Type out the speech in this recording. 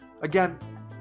Again